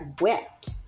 wept